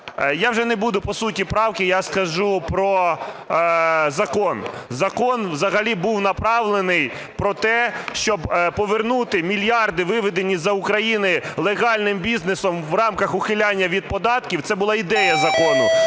я вже не буду по суті правки, я скажу про закон. Закон взагалі був направлений про те, щоб повернути мільярди, виведені з України легальним бізнесом в рамках ухиляння від податків (це була ідея закону)